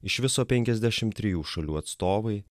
iš viso penkiasdešim trijų šalių atstovai